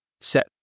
set